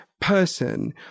person